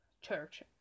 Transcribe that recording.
Church